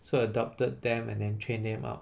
so adopted them and then trained them up